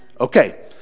Okay